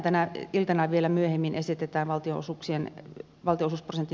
tänä iltana vielä myöhemmin esitetään valtio osuusprosentin leikkausta